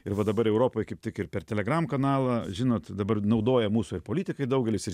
ir va dabar europoj kaip tik ir per telegram kanalą žinot dabar naudoja mūsų ir politikai daugelis ir